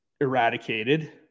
eradicated